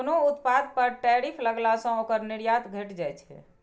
कोनो उत्पाद पर टैरिफ लगला सं ओकर निर्यात घटि जाइ छै